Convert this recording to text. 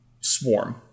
Swarm